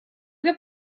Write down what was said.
doué